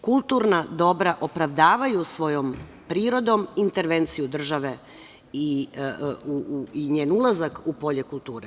Kulturna dobra opravdavaju svojom prirodom intervenciju države i njen ulazak u polje kulture.